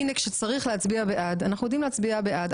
הנה כשצריך להצביע בעד אנחנו יודעים להצביע בעד,